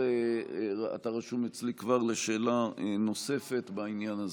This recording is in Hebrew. אתה רשום אצלי כבר לשאלה נוספת בעניין הזה.